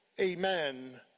amen